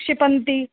क्षिपन्ति